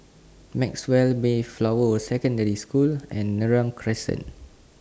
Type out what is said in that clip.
Maxwell Mayflower Secondary School and Neram Crescent